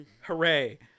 Hooray